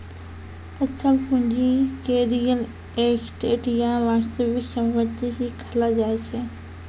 अचल पूंजी के रीयल एस्टेट या वास्तविक सम्पत्ति भी कहलो जाय छै